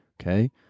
okay